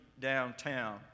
downtown